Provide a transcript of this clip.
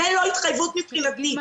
זאת לא התחייבות מבחינתי.